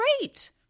great